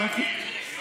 אני רוצה להגיב.